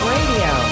Radio